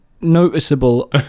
noticeable